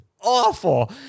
awful